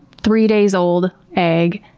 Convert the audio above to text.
three days old egg.